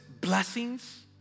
blessings